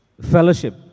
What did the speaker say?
Fellowship